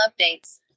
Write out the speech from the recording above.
updates